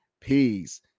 peace